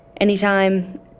Anytime